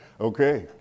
Okay